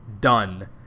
Done